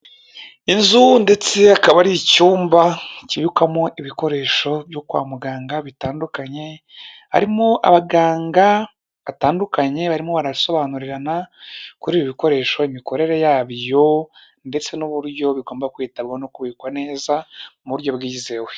Inzu ndetse akaba ari icyumba kibikwamo ibikoresho byo kwa muganga bitandukanye. Harimo abaganga batandukanye barimo barasobanurirana kuri ibi bikoresho imikorere yabyo ndetse n'uburyo bigomba kwitabwaho no kubikwa neza mu buryo bwizewe.